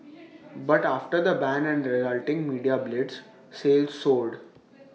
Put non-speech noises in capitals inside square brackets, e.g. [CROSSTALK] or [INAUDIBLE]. [NOISE] but after the ban and resulting media blitz sales soared